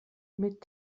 mit